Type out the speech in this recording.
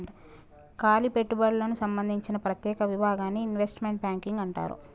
కాలి పెట్టుబడులకు సంబందించిన ప్రత్యేక విభాగాన్ని ఇన్వెస్ట్మెంట్ బ్యాంకింగ్ అంటారు